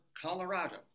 Colorado